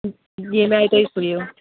ییٚمہِ آے تُہۍ سُوِو